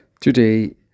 Today